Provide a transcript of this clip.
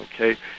okay